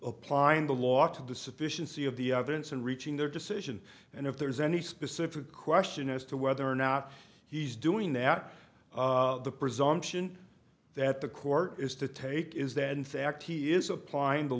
applying the law to the sufficiency of the evidence and reaching their decision and if there is any specific question as to whether or not he's doing that the presumption that the court is to take is that in fact he is applying the